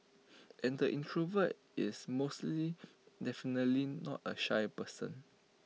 and the introvert is mostly definitely not A shy person